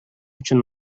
үчүн